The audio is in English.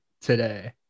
today